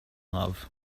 love